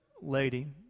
lady